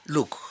Look